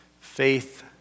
faith